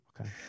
Okay